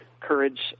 courage